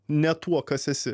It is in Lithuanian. ne tuo kas esi